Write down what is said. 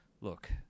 look